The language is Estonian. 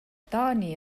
taani